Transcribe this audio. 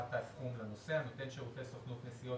העברת הסכום לנוסע: נותן שירותי סוכנות נסיעות